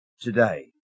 today